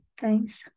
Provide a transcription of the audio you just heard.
Thanks